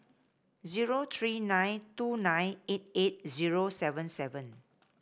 zero three nine two nine eight eight zero seven seven